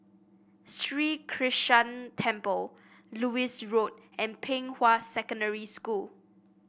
Sri Krishnan Temple Lewis Road and Pei Hwa Secondary School